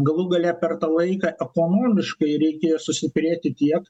galų gale per tą laiką ekonomiškai reikėjo sustiprėti tiek